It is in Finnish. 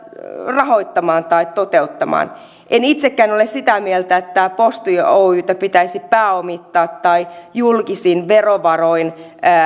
rahoittamaan tai toteuttamaan en itsekään ole sitä mieltä että posti oytä pitäisi pääomittaa tai että julkisin verovaroin pitäisi